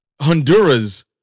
Honduras